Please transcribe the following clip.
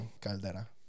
Caldera